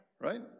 Right